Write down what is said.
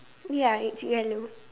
ya it's yellow